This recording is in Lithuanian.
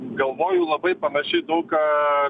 galvoju labai panašiai daug ką